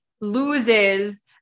loses